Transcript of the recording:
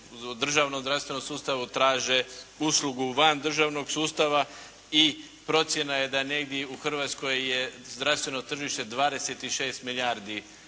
državnom zdravstvenom sustavu traže uslugu vandržavnog sustava. I procjena je da je negdje u Hrvatskoj zdravstveno tržište 26 milijardi